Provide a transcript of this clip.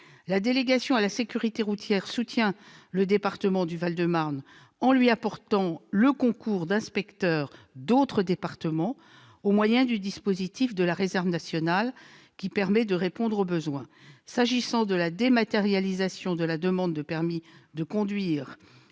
La délégation à la sécurité routière soutient le département du Val-de-Marne en lui apportant le concours d'inspecteurs d'autres départements au travers du dispositif de la réserve nationale qui permet de répondre aux besoins. S'agissant de la dématérialisation de la demande de permis de conduire